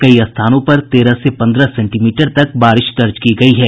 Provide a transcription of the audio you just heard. कई स्थानों पर तेरह से पन्द्रह सेंटीमीटर तक बारिश दर्ज की गयी है